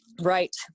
Right